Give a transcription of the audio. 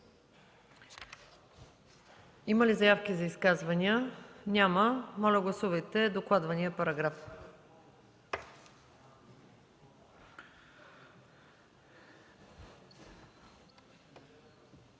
Има ли изказвания? Няма. Моля, гласувайте докладваните параграфи.